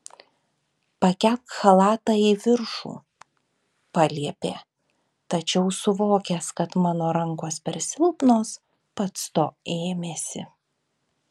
pakelk chalatą į viršų paliepė tačiau suvokęs kad mano rankos per silpnos pats to ėmėsi